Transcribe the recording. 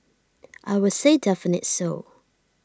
I would say definitely so